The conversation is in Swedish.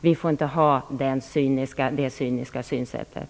Vi får inte ha det cyniska synsättet.